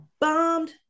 bombed